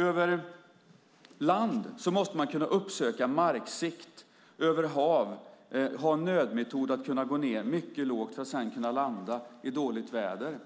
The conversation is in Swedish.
Över land måste man kunna uppsöka marksikt, över hav ha en nödmetod att kunna gå ned mycket lågt för att sedan kunna landa i dåligt väder.